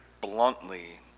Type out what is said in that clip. bluntly